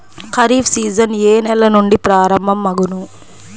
Kharif season ఏ నెల నుండి ప్రారంభం అగును?